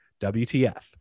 WTF